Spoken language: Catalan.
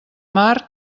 mar